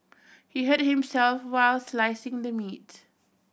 he hurt himself while slicing the meat